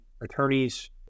attorneys